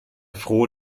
froh